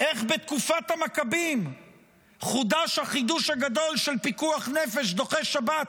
איך בתקופת המכבים חודש החידוש הגדול של פיקוח נפש דוחה שבת,